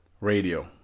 radio